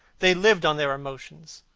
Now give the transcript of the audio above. they lived on their emotions.